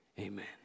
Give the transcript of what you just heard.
Amen